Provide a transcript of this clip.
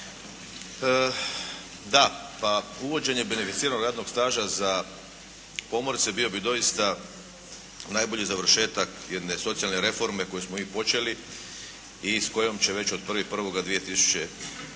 Da, pa uvođenje beneficiranog radnog staža za pomorce bio bi doista najbolji završetak jedne socijalne reforme koju smo mi počeli i s kojom će već od 1.1.